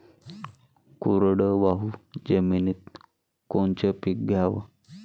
कोरडवाहू जमिनीत कोनचं पीक घ्याव?